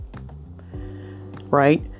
right